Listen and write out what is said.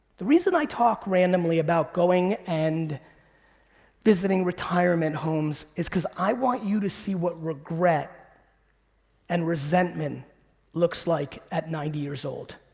the reason i talk randomly about going and visiting retirement homes is cause i want you to see what regret and resentment looks like at ninety years old.